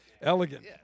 elegant